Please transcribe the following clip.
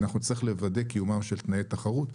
אנחנו נצטרך לוודא קיומם של תנאי תחרות.